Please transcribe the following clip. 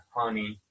honey